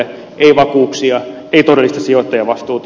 ei vakuuksia ei todellista sijoittajavastuuta